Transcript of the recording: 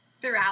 throughout